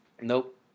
Nope